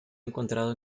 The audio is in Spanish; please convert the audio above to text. encontrado